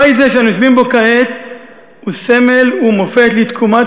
בית זה שאנו יושבים בו כעת הוא סמל ומופת לתקומת